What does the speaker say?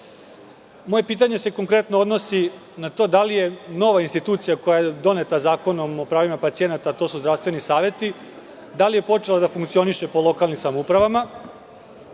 pitanje se konkretno odnosi na to da li je nova institucija koja je doneta Zakonom o pravima pacijenata, a to su zdravstveni saveti, počela da funkcioniše po lokalnim samoupravama,